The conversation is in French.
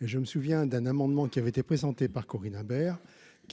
et je me souviens d'un amendement qui avait été présentées par Corinne Imbert qui